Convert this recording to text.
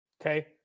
okay